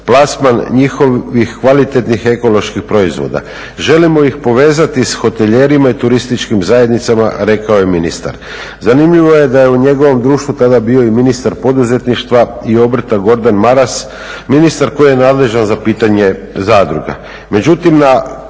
plasman njihovih kvalitetnih ekoloških proizvoda. Želimo ih povezati s hoteljerima i turističkim zajednicama, rekao je ministar. Zanimljivo je da je u njegovom društvu tada bio i ministar poduzetništva i obrta Gordan Maras, ministar koji je nadležan za pitanje zadruga.